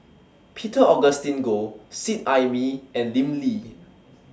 Peter Augustine Goh Seet Ai Mee and Lim Lee